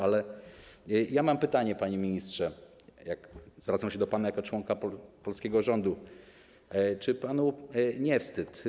Ale mam pytanie, panie ministrze, zwracam się do pana jako członka polskiego rządu: Czy panu nie wstyd?